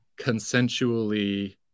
consensually